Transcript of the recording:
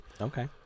okay